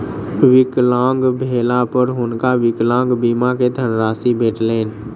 विकलांग भेला पर हुनका विकलांग बीमा के धनराशि भेटलैन